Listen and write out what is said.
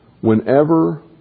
Whenever